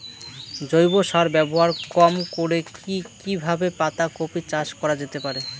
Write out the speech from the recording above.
জৈব সার ব্যবহার কম করে কি কিভাবে পাতা কপি চাষ করা যেতে পারে?